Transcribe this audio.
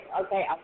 okay